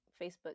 facebook